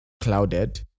clouded